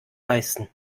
leisten